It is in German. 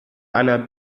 einer